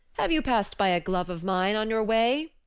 have you passed by a glove of mine on your way?